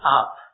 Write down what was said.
up